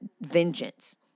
vengeance